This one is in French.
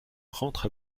rentre